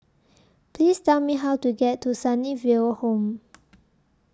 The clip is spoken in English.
Please Tell Me How to get to Sunnyville Home